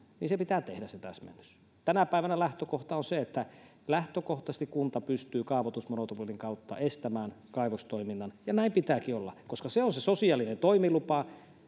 niin se täsmennys pitää tehdä tänä päivänä lähtökohta on se että lähtökohtaisesti kunta pystyy kaavoitusmonopolin kautta estämään kaivostoiminnan ja näin pitääkin olla koska se on se sosiaalinen toimilupa